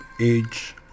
age